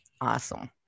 Awesome